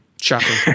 shocking